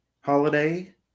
holiday